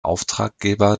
auftraggeber